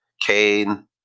cain